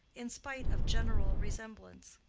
in spite of general resemblance.